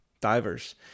divers